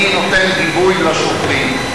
אני נותן גיבוי לשוטרים.